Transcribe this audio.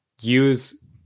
Use